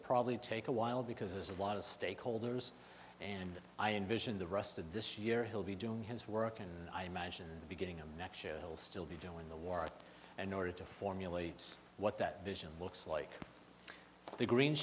probably take a while because there's a lot of stakeholders and i envision the rusted this year he'll be doing his work and i imagine the beginning of next year he'll still be doing the war an order to formulates what that vision looks like the green